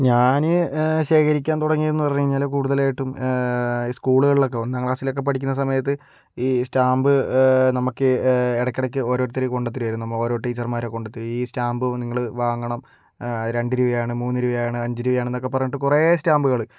ഞാൻ ശേഖരിക്കാൻ തുടങ്ങിയതെന്ന് പറഞ്ഞു കഴിഞ്ഞാൽ കൂടുതലായിട്ടും ഈ സ്കൂളുകളിലൊക്കെ ഒന്നാം ക്ലാസ്സിലൊക്കെ പഠിക്കുന്ന സമയത്ത് ഈ സ്റ്റാമ്പ് നമ്മൾക്ക് ഇടക്കിടയ്ക്ക് ഓരോരുത്തർ കൊണ്ടുത്തരുമായിരുന്നു നമ്മളെ ഓരോ ടീച്ചർമാർ കൊണ്ടുത്തരും ഈ സ്റ്റാമ്പ് നിങ്ങൾ വാങ്ങണം രണ്ടു രൂപയാണ് മൂന്നു രൂപയാണ് അഞ്ചു രൂപയാണ് എന്നൊക്കെ പറഞ്ഞിട്ട് കുറേ സ്റ്റാമ്പുകൾ